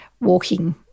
walking